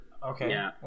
Okay